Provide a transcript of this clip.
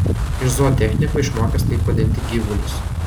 iš zootechnikių išmokęs taip vadinti gyvulius